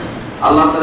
Allah